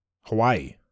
Hawaii